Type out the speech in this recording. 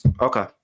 Okay